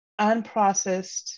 unprocessed